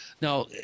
Now